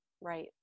Right